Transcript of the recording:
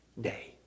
day